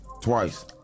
twice